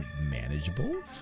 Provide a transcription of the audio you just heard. manageable